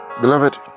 Beloved